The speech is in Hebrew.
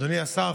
אדוני השר,